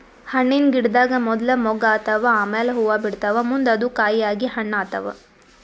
ಹಣ್ಣಿನ್ ಗಿಡದಾಗ್ ಮೊದ್ಲ ಮೊಗ್ಗ್ ಆತವ್ ಆಮ್ಯಾಲ್ ಹೂವಾ ಬಿಡ್ತಾವ್ ಮುಂದ್ ಅದು ಕಾಯಿ ಆಗಿ ಹಣ್ಣ್ ಆತವ್